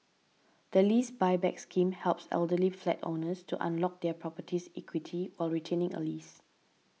the Lease Buyback Scheme helps elderly flat owners to unlock their property's equity while retaining a lease